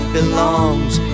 belongs